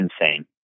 insane